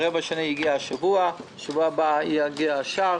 הרבע השני יגיע השבוע, ושבוע הבא יגיע השאר.